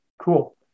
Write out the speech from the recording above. Cool